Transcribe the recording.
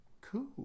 Cool